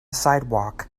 sidewalk